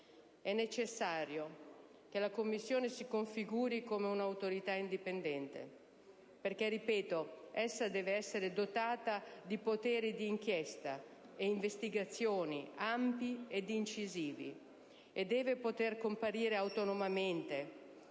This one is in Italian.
È necessario che la Commissione si configuri come un'autorità indipendente perché, ripeto, essa deve essere dotata di poteri di inchiesta e investigazione ampi ed incisivi, e deve potere comparire autonomamente